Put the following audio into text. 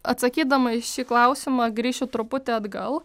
atsakydama į šį klausimą grįšiu truputį atgal